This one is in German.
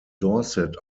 dorset